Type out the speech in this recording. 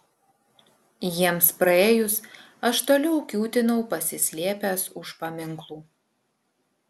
jiems praėjus aš toliau kiūtinu pasislėpęs už paminklų